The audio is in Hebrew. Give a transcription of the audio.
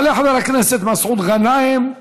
יעלה חבר הכנסת מסעוד גנאים,